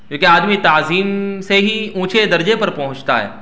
کیونکہ آدمی تعظیم سے ہی اونچے درجے پر پہنچتا ہے